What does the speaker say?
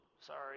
sorry